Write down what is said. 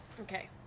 Okay